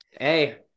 Hey